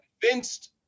convinced